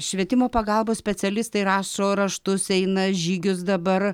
švietimo pagalbos specialistai rašo raštus eina žygius dabar